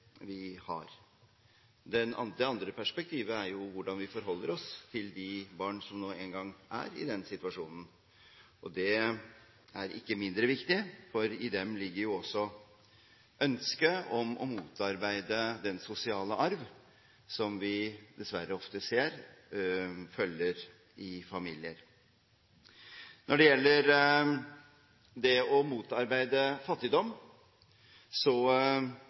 har. Det andre perspektivet er hvordan vi forholder oss til de barna som nå engang er i den situasjonen. Det er ikke mindre viktig, for hos dem ligger også ønsket om å motarbeide den sosiale arv som vi dessverre ofte ser følger i familier. Når det gjelder det å motarbeide fattigdom,